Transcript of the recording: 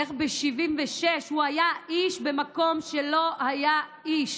איך ב-1976 הוא היה איש במקום שלא היה איש.